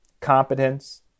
competence